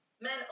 Men